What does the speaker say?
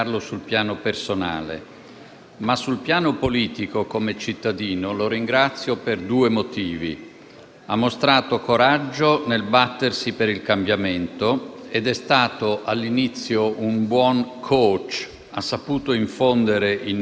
Grande tecnico, in particolare della comunicazione e della motivazione, ha finito, purtroppo, per la sua inadeguatezza politica, con il recare danno al Paese.